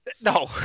No